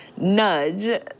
nudge